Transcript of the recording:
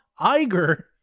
Iger